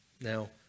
Now